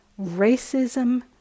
racism